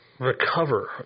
Recover